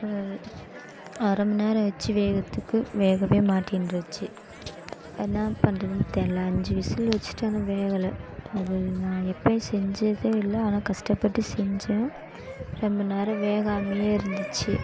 அரைமணி நேரம் ஆகிடுச்சு வேகறத்துக்கு வேகவே மாட்டேன்ருச்சு அதை என்ன பண்றதுன்னு தெரில அஞ்சு விசுலு வச்சுட்டு அது வேகலை அதை நான் இப்படி செஞ்சதே இல்லை ஆனால் கஷ்டப்பட்டு செஞ்சேன் ரொம்ப நேரம் வேகாமல் இருந்துச்சு